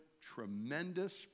tremendous